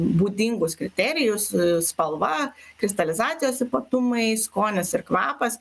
būdingus kriterijus spalva kristalizacijos ypatumai skonis ir kvapas